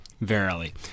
Verily